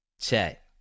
Check